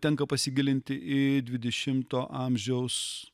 tenka pasigilinti į dvidešimto amžiaus